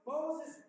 Moses